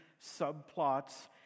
subplots